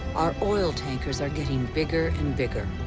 our oil tankers are getting bigger and bigger.